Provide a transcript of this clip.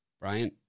Brian